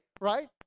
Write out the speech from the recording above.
right